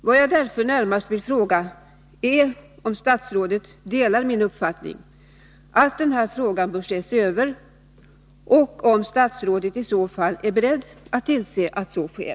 Vad jag därför nu närmast undrar är om statsrådet delar min uppfattning att den här frågan bör ses över, och om statsrådet i så fall är beredd att tillse att så sker.